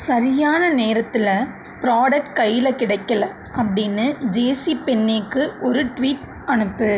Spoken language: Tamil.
சரியான நேரத்தில் ப்ராடக்ட் கையில கிடைக்கலை அப்படின்னு ஜேசி பென்னேக்கு ஒரு ட்வீட் அனுப்பு